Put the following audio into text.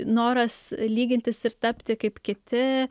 noras lygintis ir tapti kaip kiti